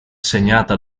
segnata